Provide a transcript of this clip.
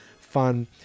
fun